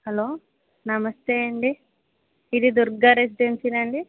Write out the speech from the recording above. hello నమస్తే అండి ఇది దుర్గా రెసిడెన్సీనా అండి